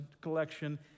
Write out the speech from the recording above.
collection